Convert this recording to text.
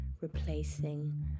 replacing